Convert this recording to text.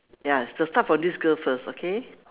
ya so start from this girl first okay